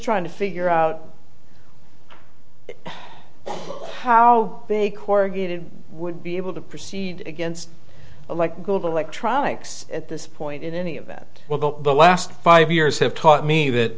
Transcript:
trying to figure out how big corrugated would be able to proceed against a like good electronics at this point in any of that well the last five years have taught me that